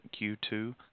Q2